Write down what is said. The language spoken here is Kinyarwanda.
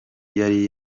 yari